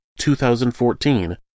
2014